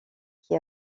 qui